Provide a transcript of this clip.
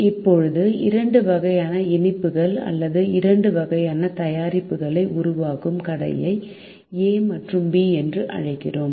இப்போது இரண்டு வகையான இனிப்புகள் அல்லது இரண்டு வகையான தயாரிப்புகளை உருவாக்கும் கடையை A மற்றும் B என்று அழைக்கிறோம்